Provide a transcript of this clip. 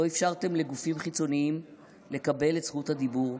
לא אפשרתם לגופים חיצוניים לקבל את זכות הדיבור,